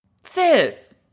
Sis